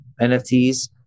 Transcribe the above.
NFTs